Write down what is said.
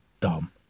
dumb